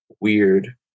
weird